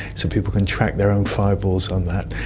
so people can track their own fireballs on that.